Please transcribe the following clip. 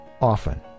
often